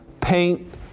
paint